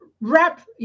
Wrap